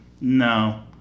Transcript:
No